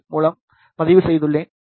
L மூலம் பதிவு செய்துள்ளேன்